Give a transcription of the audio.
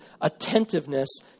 attentiveness